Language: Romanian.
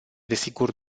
desigur